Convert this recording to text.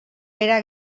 bera